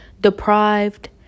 deprived